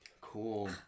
cool